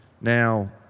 Now